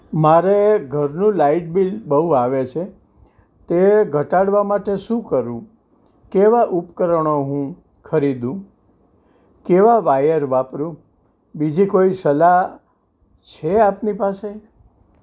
મારે ઘરનું light bill બહુ આવે છે તે ઘટાડવાં માટે શું કરું કેવાં ઉપકરણો હું ખરીદુ કેવા વાયર વાપરું બીજી કોઈ સલાહ છે આપની પાસે